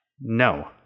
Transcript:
No